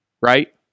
Right